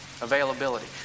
Availability